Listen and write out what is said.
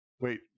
Wait